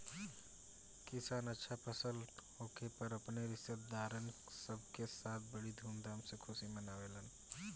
किसान अच्छा फसल होखे पर अपने रिस्तेदारन सब के साथ बड़ी धूमधाम से खुशी मनावेलन